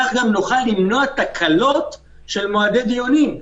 כך גם נוכל למנוע תקלות של מועדי דיונים.